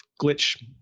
Glitch